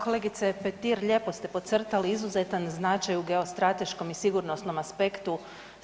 Kolegice Petir lijepo ste podcrtali izuzetan značaj u geostrateškom i sigurnosnom aspektu